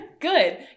good